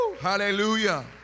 Hallelujah